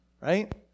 right